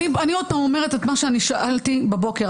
אני עוד פעם אומרת את מה ששאלתי בבוקר.